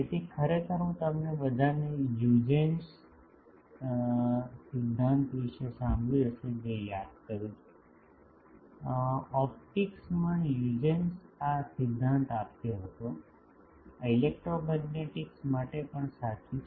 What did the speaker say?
તેથી ખરેખર હું તમને બધાને હ્યુજેન્સ સિદ્ધાંત વિશે સાંભળ્યું હશે જે યાદ કરું છું ખરેખર ઓપ્ટિક્સમાં હ્યુજેન્સે આ સિદ્ધાંત આપ્યો હતો આ ઇલેક્ટ્રોમેગ્નેટિક્સ માટે પણ સાચું છે